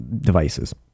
devices